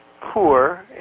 poor